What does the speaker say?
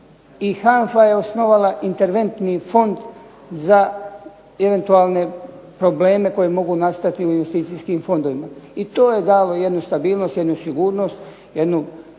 HANFA je osnovala Interventni fond za eventualne probleme koji mogu nastati u investicijskim fondovima. I to je dalo jednu stabilnost, jednu sigurnost, jedno